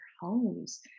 homes